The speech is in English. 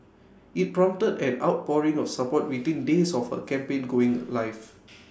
IT prompted an outpouring of support within days of her campaign going live